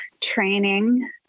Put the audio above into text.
training